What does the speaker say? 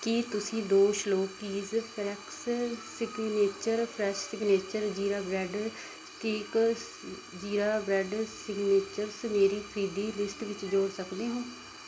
ਕੀ ਤੁਸੀਂ ਦੋ ਸ਼ਲੋਕੀਜ਼ cracks signature fresh signature jeera bread sticks jeera bread signatures ਮੇਰੀ ਖਰੀਦੀ ਲਿਸਟ ਵਿੱਚ ਜੋੜ ਸਕਦੇ ਹੋ